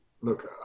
look